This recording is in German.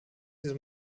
diese